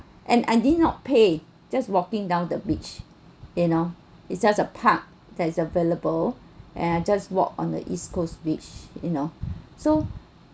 and I did not pay just walking down the beach you know it's just a park that is available and I just walk on the east coast beach you know so